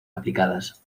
aplicadas